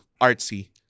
artsy